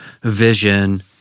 vision